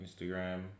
Instagram